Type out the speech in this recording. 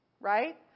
right